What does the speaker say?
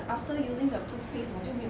after using the toothpaste 我就没有